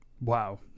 wow